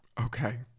Okay